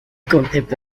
concepto